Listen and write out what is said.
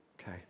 Okay